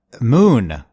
Moon